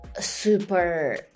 super